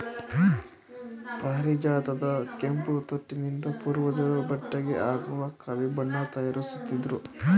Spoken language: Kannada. ಪಾರಿಜಾತದ ಕೆಂಪು ತೊಟ್ಟಿನಿಂದ ಪೂರ್ವಜರು ಬಟ್ಟೆಗೆ ಹಾಕುವ ಕಾವಿ ಬಣ್ಣ ತಯಾರಿಸುತ್ತಿದ್ರು